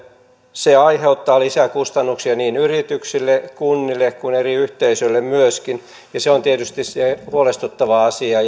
aiheuttaa lisää kustannuksia niin yrityksille kunnille kuin eri yhteisöille myöskin ja se on tietysti se huolestuttava asia